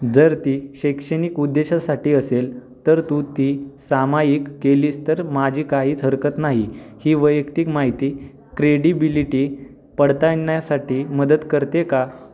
जर ती शैक्षणिक उद्देशासाठी असेल तर तू ती सामायिक केलीस तर माझी काहीच हरकत नाही ही वैयक्तिक माहिती क्रेडिबिलिटी पडताळण्यासाठी मदत करते का